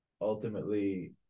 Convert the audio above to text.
ultimately